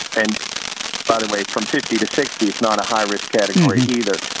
and by the way, from fifty to sixty is not a high risk category either.